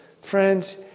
friends